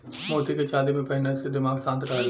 मोती के चांदी में पहिनले से दिमाग शांत रहला